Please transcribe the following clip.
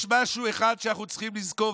יש משהו אחד שאנחנו צריכים לזכור,